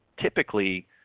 typically